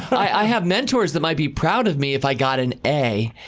i have mentors that might be proud of me if i got an a.